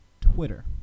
twitter